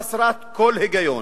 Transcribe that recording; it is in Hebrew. חסרת כל היגיון.